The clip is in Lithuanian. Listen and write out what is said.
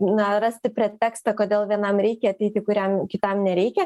na rasti pretekstą kodėl vienam reikia ateiti kuriam kitam nereikia